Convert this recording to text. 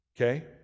okay